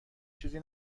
چیزی